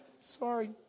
Sorry